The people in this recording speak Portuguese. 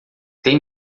tem